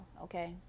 okay